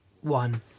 one